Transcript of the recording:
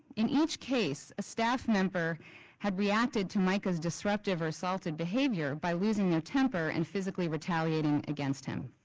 in each case, a staff member had reacted to mica's disruptive or asaultive behavior by losing their temper and physically retaliating against him.